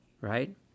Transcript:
right